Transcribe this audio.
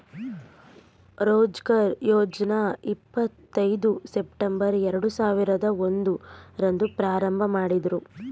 ರೋಜ್ಗಾರ್ ಯೋಜ್ನ ಇಪ್ಪತ್ ಐದು ಸೆಪ್ಟಂಬರ್ ಎರಡು ಸಾವಿರದ ಒಂದು ರಂದು ಪ್ರಾರಂಭಮಾಡುದ್ರು